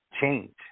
change